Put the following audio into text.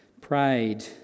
prayed